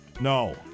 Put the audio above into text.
No